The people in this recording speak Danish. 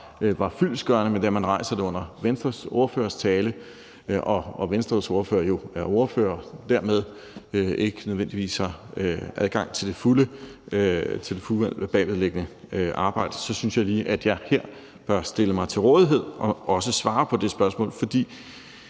var fyldestgørende, men da man rejser det under Venstres ordførers tale, og da Venstres ordfører jo er ordfører og dermed ikke nødvendigvis har adgang til det fulde bagvedliggende arbejde, så synes jeg lige, at jeg her bør stille mig til rådighed og svare på det spørgsmål. Det